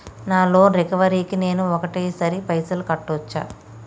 నా loan recovery కి నేను ఒకటేసరి పైసల్ కట్టొచ్చా?